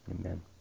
Amen